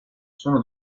sono